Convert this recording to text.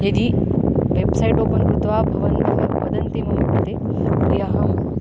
यदि website open कृत्वा भवन्तः वदन्ति मम कृते तर्हि अहम्